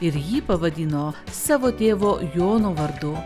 ir jį pavadino savo tėvo jono vardu